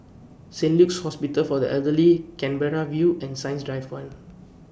Saint Luke's Hospital For The Elderly Canberra View and Science Drive one